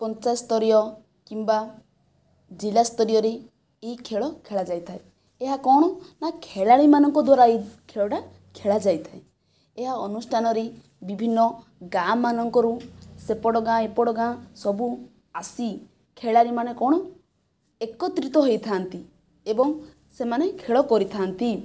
ପଞ୍ଚାୟତ ସ୍ତରୀୟ କିମ୍ବା ଜିଲ୍ଲା ସ୍ତରୀୟରେ ଏହି ଖେଳ ଖେଳା ଯାଇଥାଏ ଏହା କ'ଣ ନା ଖେଳାଳିମାନଙ୍କ ଦ୍ଵାରା ଏହି ଖେଳଟା ଖେଳା ଯାଇଥାଏ ଏହା ଅନୁଷ୍ଠାନରେ ବିଭିନ୍ନ ଗାଁମାନଙ୍କରୁ ସେପଟ ଗାଁ ଏପଟ ଗାଁ ସବୁ ଆସି ଖେଳାଳି ମାନେ କ'ଣ ଏକତ୍ରିତ ହୋଇଥାନ୍ତି ଏବଂ ସେମାନେ ଖେଳ କରିଥାନ୍ତି